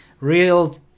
Real